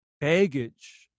baggage